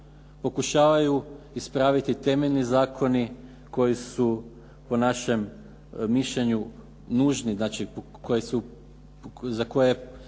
pokušavaju ispraviti temeljni zakoni koji su po našem mišljenju nužni, znači za koje